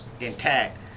intact